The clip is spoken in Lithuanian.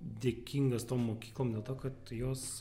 dėkingas tom mokyklom dėl to kad jos